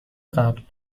قبل